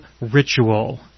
Ritual